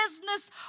business